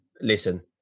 listen